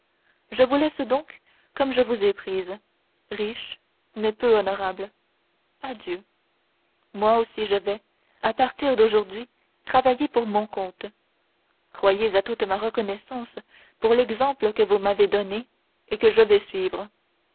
je vous laisse donc comme je vous ai prise riche mais peu honorable adieu moi aussi je vais à partir d'aujourd'hui travailler pour mon compte croyez à toute ma reconnaissance pour l'exemple que vous m'avez donné et que je vais suivre